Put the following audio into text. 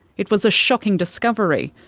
it was a shocking discovery.